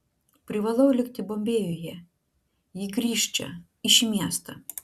privalau likti bombėjuje ji grįš čia į šį miestą